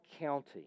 county